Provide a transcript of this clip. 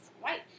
white